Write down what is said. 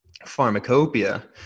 pharmacopoeia